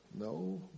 no